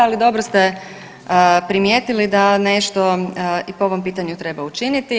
Ali dobro ste primijetili da nešto i po ovom pitanju treba učiniti.